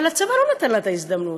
אבל הצבא לא נתן לה הזדמנות,